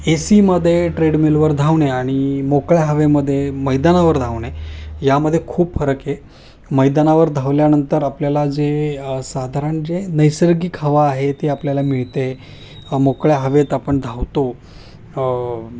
ए C मध्ये ट्रेडमिलवर धावणे आणि मोकळ्या हवेमध्ये मैदानावर धावणे यामध्ये खूप फरक आहे मैदानावर धावल्यानंतर आपल्याला जे साधारण जे नैसर्गिक हवा आहे ते आपल्याला मिळते मोकळ्या हवे आपण धावतो